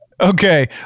Okay